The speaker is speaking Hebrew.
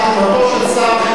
תשובתו של שר החינוך,